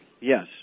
Yes